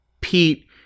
Pete